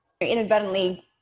inadvertently